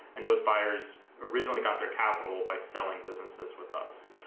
and those buyers originally got their capital by selling businesses with us.